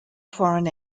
foreign